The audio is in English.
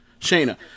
Shayna